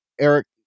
Eric